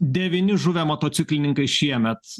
devyni žuvę motociklininkai šiemet